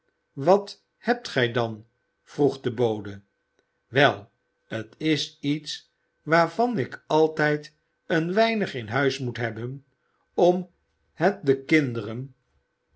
wat hebt gij dan vroeg de bode wel t is iets waarvan ik altijd een weinig in huis moet hebben om het den kinderen